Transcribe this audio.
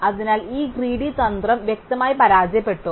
അതിനാൽ ഈ ഗ്രീഡി തന്ത്രം വ്യക്തമായി പരാജയപ്പെട്ടു